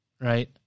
right